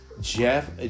Jeff